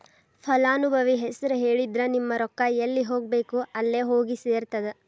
ಫಲಾನುಭವಿ ಹೆಸರು ಹೇಳಿದ್ರ ನಿಮ್ಮ ರೊಕ್ಕಾ ಎಲ್ಲಿ ಹೋಗಬೇಕ್ ಅಲ್ಲೆ ಹೋಗಿ ಸೆರ್ತದ